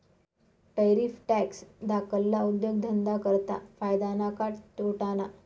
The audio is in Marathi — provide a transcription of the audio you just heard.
टैरिफ टॅक्स धाकल्ला उद्योगधंदा करता फायदा ना का तोटाना?